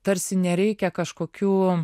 tarsi nereikia kažkokių